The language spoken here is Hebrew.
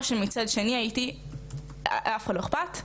או שמצד שני הייתי לאף אחד לא אכפת,